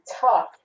tough